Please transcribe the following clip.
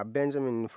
Benjamin